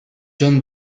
jon